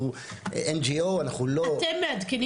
אנחנו NGO אנחנו לא --- אתם מעדכנים